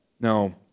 Now